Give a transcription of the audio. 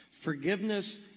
Forgiveness